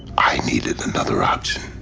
i needed another option.